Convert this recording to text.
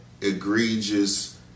egregious